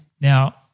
Now